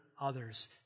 others